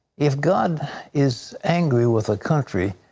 if god is angry with the country,